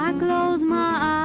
um close my